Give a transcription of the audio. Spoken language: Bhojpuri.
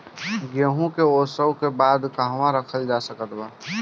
गेहूँ के ओसाई के बाद कहवा रखल जा सकत बा?